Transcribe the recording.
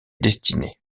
destinée